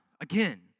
again